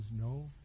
no